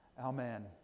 Amen